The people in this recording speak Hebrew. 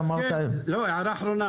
הערה אחרונה.